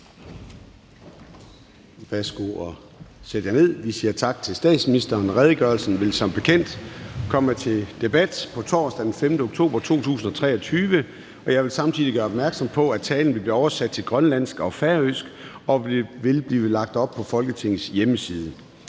Værsgo at sætte jer ned. Vi siger tak til statsministeren. Redegørelsen vil som bekendt komme til debat torsdag den 5. oktober 2023. Jeg vil samtidig gøre opmærksom på, at talen vil blive oversat til grønlandsk og færøsk og vil blive lagt op på Folketingets hjemmeside.